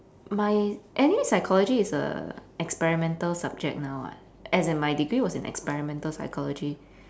my anyway psychology is a experimental subject now [what] as in my degree was in experimental psychology